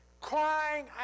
crying